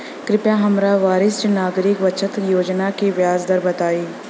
कृपया हमरा वरिष्ठ नागरिक बचत योजना के ब्याज दर बताई